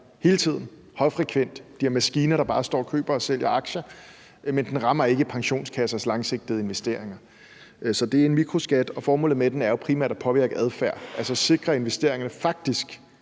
hele tiden og højfrekvent – de har maskiner, der bare står og køber og sælger aktier – men den rammer ikke pensionskassers langsigtede investeringer. Så det er en mikroskat, og formålet med den er jo primært at påvirke adfærd, altså at sikre, at investeringerne faktisk